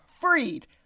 Freed